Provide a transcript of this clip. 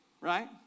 Right